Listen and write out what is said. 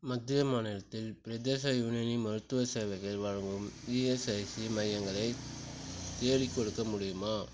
மத்திய மாநிலத்தில் பிரதேச யுனானி மருத்துவ சேவைகள் வழங்கும் ஈஎஸ்ஐசி மையங்களை தேடிக்கொடுக்க முடியுமா